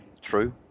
True